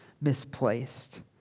misplaced